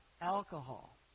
alcohol